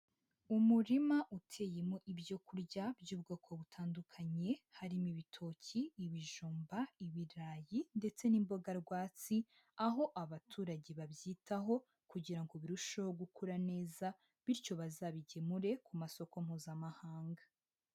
Umurima uteyemo ibyo kurya by'ubwoko butandukanye, harimo ibitoki, ibijumba, ibirayi ndetse n'imboga rwatsi, aho abaturage babyitaho kugira ngo birusheho gukura neza, bityo bazabigemure ku masoko mpuzamahanga.